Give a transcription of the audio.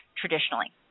traditionally